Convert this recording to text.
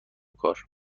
کار